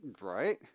Right